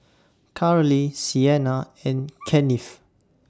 Carly Sienna and Kennith